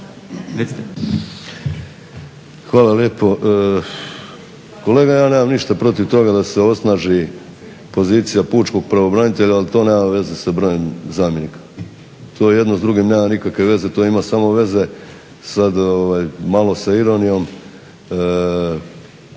Hvala lijepo. Kolega ja nemam ništa protiv toga da se osnaži pozicija pučkog pravobranitelja, ali to nema veza sa brojem zamjenika. To jedno s drugim nema nikakve veze, to ima samo veze sad malo s ironijom.